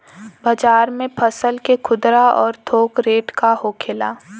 बाजार में फसल के खुदरा और थोक रेट का होखेला?